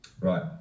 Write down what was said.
Right